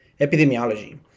Epidemiology